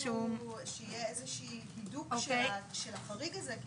משהו שיהיה איזה שהוא בידוק של החריג הזה.